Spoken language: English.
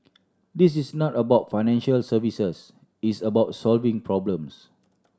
this is not about financial services it's about solving problems